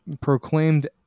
proclaimed